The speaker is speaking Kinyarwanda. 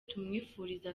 tumwifuriza